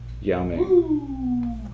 yummy